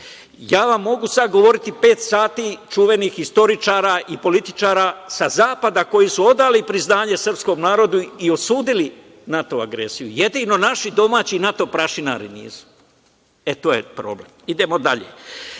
Mogu vam govoriti pet sati čuvenih istoričara i političara sa zapada koji su odali priznanje srpskom narodu i osudili NATO agresiju, jedino naši domaći NATO prašinari nisu. E, to je problem. Idemo dalje.